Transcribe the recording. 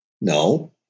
No